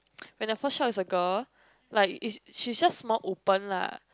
when the first child is a girl like is she's just more open lah